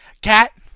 Cat